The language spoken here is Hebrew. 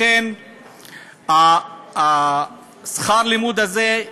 לכן שכר הלימוד הזה,